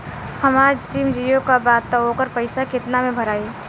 हमार सिम जीओ का बा त ओकर पैसा कितना मे भराई?